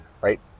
right